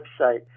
website